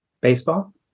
Baseball